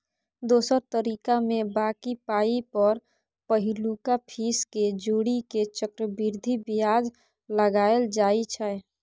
दोसर तरीकामे बॉकी पाइ पर पहिलुका फीस केँ जोड़ि केँ चक्रबृद्धि बियाज लगाएल जाइ छै